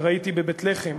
וראיתי בבית-לחם,